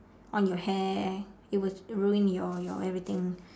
on your hair it will ruin your your everything